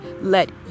let